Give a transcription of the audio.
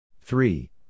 three